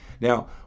now